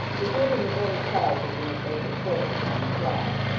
deserving a better charger than it was his fortune to bestride.